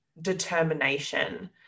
determination